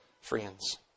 friends